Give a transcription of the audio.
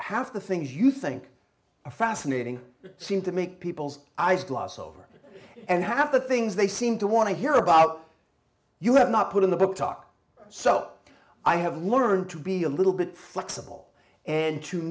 half the things you think a fascinating seem to make people's eyes gloss over and have the things they seem to want to hear about you have not put in the book talk so i have learned to be a little bit flexible and to